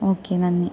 okay നന്ദി